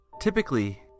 Typically